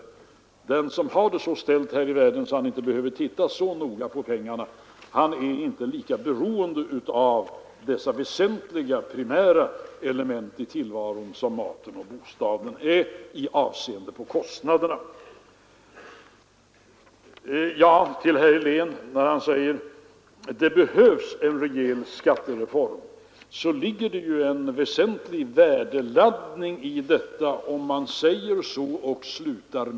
Den som har det så ställt här i världen att han inte behöver titta särskilt noga på pengarna är inte lika beroende av de primära element i tillvaron som kostnaderna för maten och bostaden utgör. Herr Helén slutade med att säga att det behövs en rejäl skattereform, och det ligger ju en väsentlig värdeladdning i detta.